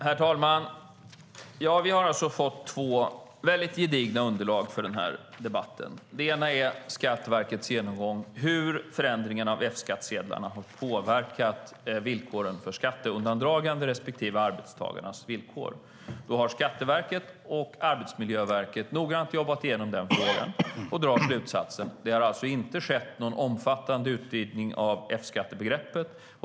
Herr talman! Vi har fått två gedigna underlag för den här debatten. Det ena är Skatteverkets genomgång av hur förändringen av F-skattsedlarna har påverkat villkoren för skatteundandragande respektive arbetstagarnas villkor. Skatteverket och Arbetsmiljöverket har noggrant jobbat igenom frågan och drar slutsatsen att det inte har skett någon omfattande utvidgning av F-skattebegreppet.